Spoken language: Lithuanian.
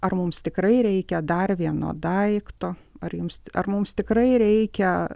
ar mums tikrai reikia dar vieno daikto ar jums ar mums tikrai reikia